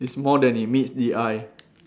it's more than it meets the eye